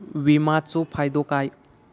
विमाचो फायदो काय?